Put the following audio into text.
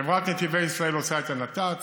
חברת נתיבי ישראל עושה את הנת"צ,